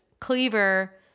Cleaver